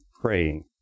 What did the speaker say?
praying